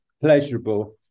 pleasurable